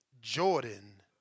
Jordan